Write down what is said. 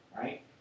right